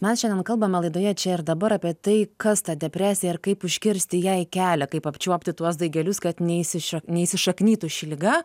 mes šiandien kalbame laidoje čia ir dabar apie tai kas ta depresija ir kaip užkirsti jai kelią kaip apčiuopti tuos daigelius kad neįsi neįsišaknytų ši liga